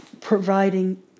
providing